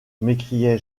m’écriai